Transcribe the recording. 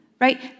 right